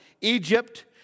Egypt